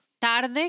tarde